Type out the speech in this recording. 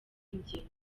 ingenzi